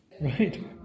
Right